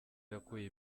yakuye